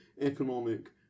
economic